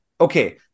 okay